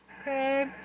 Okay